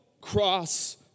cross